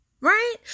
Right